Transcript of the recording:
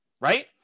right